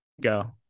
Go